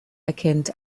erkennt